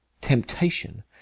Temptation